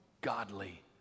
godly